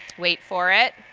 wait for it,